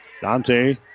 Dante